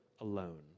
alone